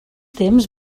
temps